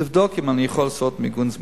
לבדוק אם אני יכול לעשות מיגון זמני.